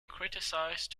criticized